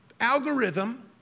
algorithm